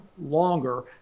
longer